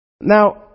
Now